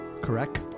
Correct